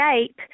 shape